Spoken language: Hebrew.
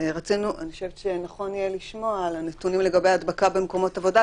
ואני חושבת שנכון יהיה לשמוע על הנתונים לגבי הדבקה במקומות עבודה.